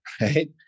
Right